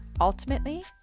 Ultimately